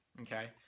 okay